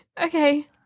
Okay